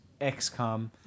XCOM